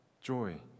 joy